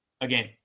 Again